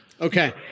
Okay